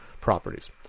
properties